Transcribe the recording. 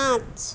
पाँच